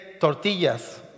tortillas